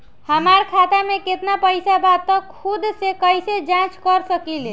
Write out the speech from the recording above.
हमार खाता में केतना पइसा बा त खुद से कइसे जाँच कर सकी ले?